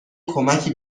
کمکی